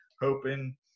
hoping